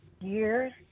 years